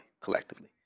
collectively